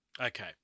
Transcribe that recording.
Okay